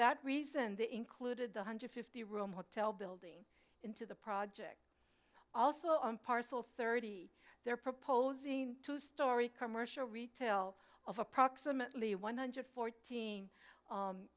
that reason they included the hundred fifty room hotel building into the project also on parcel thirty they're proposing to story commercial retail of approximately one hundred fourteen